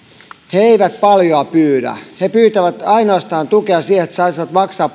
he eivät paljoa pyydä he pyytävät ainoastaan tukea siihen että saisivat maksaa